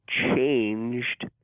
changed